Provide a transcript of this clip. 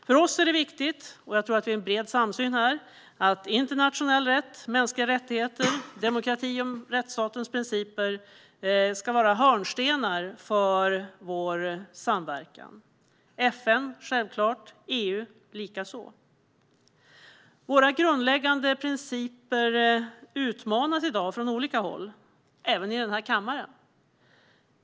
För oss är det viktigt, och jag tror att vi har en bred samsyn här, att internationell rätt, mänskliga rättigheter, demokrati och rättsstatens principer ska vara hörnstenar i vår samverkan - FN, självklart, EU likaså. Våra grundläggande principer utmanas i dag från olika håll, även i den här kammaren.